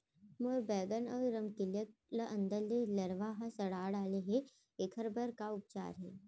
मोर बैगन अऊ रमकेरिया ल अंदर से लरवा ह सड़ा डाले हे, एखर बर का उपचार हे?